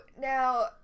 Now